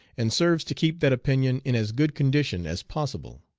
and serves to keep that opinion in as good condition as possible.